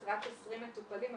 רק 20 מטופלים,